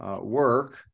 work